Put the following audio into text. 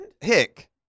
Hick